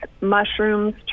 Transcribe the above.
mushrooms